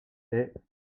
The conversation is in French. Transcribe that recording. est